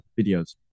videos